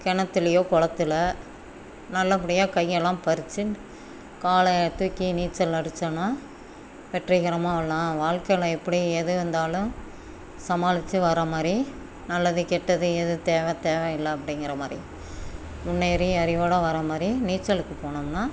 கிணத்துலையோ குளத்துல நல்லபடியாக கையெல்லாம் பரித்துன்ட் காலை தூக்கி நீச்சல் அடித்தோன்னா வெற்றிகரமாக எல்லாம் வாழ்க்கைல எப்படி எது வந்தாலும் சமாளித்து வர்ற மாதிரி நல்லது கெட்டது எது தேவை தேவை இல்லை அப்படிங்கிற மாதிரி நிறைய அறிவோடு வர்ற மாதிரி நீச்சலுக்கு போனோம்னால்